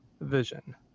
vision